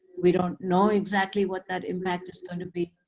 we don't know exactly what that impact is going to be.